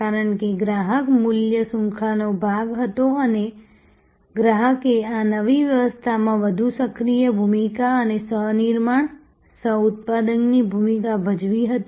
કારણ કે ગ્રાહક મૂલ્ય શૃંખલાનો ભાગ હતો અને ગ્રાહકે આ નવી વ્યવસ્થામાં વધુ સક્રિય ભૂમિકા અને સહ નિર્માણ સહઉત્પાદનની ભૂમિકા ભજવી હતી